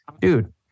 dude